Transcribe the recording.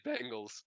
Bengals